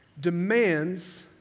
demands